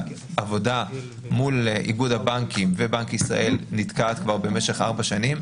העבודה מול איגוד הבנקים ובנק ישראל נתקעת כבר במשך 4 שנים.